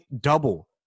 double